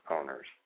owners